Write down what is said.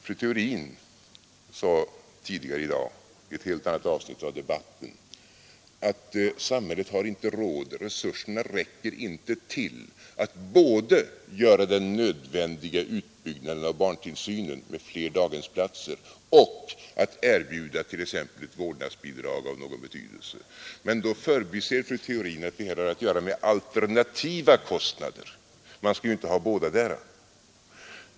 Fru Theorin sade tidigare i dag i ett helt annat avsnitt av debatten att samhället har inte råd, resurserna räcker inte till att både göra den nödvändiga utbyggnaden av barntillsynen med fler daghemsplatser och att erbjuda t.ex. vårdnadsbidrag av någon betydelse. Men då förbiser fru Theorin att vi här har att göra med alternativa kostnader — man skall ju inte ha bådadera.